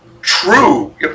true